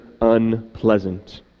unpleasant